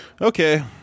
Okay